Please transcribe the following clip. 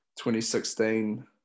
2016